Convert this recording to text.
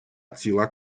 ціла